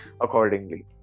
accordingly